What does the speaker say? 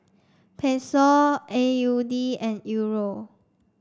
Peso A U D and Euro